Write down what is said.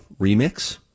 remix